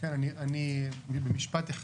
במשפט אחד.